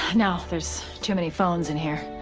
no. there's too many phones in here.